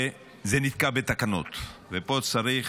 וזה נתקע בתקנות, ופה צריך